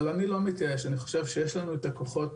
אבל אני לא מתייאש, אני חושב שיש לנו את הכוחות